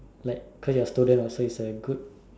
like pray your students also is like good